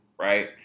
right